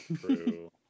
True